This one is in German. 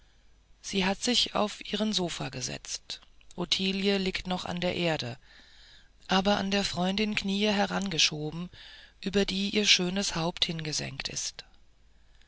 sie hat sich auf ihren sofa gesetzt ottilie liegt noch an der erde aber an der freundin kniee herangehoben über die ihr schönes haupt hingesenkt ist